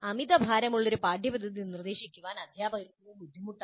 അമിതഭാരമുള്ള ഒരു പാഠ്യപദ്ധതി നിർദ്ദേശിക്കാൻ അധ്യാപകർക്ക് ബുദ്ധിമുട്ടാണ്